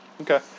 Okay